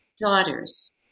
daughters